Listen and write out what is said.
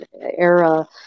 era